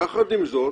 יחד עם זאת